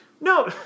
No